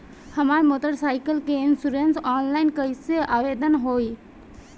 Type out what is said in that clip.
हमार motor cycle के insurance online कईसे आवेदन होई?